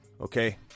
Okay